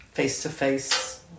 face-to-face